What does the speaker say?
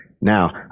Now